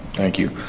thank you.